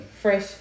Fresh